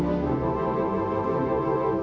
or